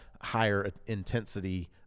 higher-intensity